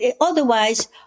otherwise